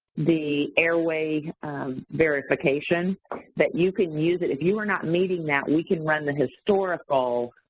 the airway verification that you can use it, if you are not meeting that, we can run the historical.